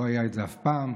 זה לא היה אף פעם.